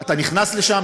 אתה נכנס לשם,